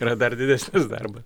yra dar didesnis darbas